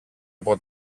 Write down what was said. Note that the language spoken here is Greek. από